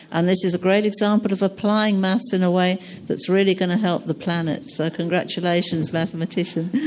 and this is a great example of applying maths in a way that is really going help the planet, so congratulations mathematician.